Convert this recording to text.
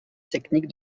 techniques